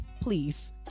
please